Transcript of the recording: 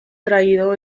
traído